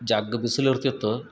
ಜಗ್ ಬಿಸಿಲು ಇರ್ತಿತ್ತು